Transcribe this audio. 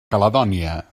caledònia